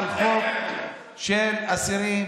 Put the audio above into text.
אנחנו מדברים עכשיו על חוק של אסירים,